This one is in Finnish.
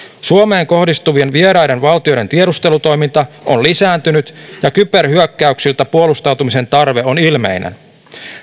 suomeen kohdistuvien vieraiden valtioiden tiedustelutoiminta on lisääntynyt ja kyberhyökkäyksiltä puolustautumisen tarve on ilmeinen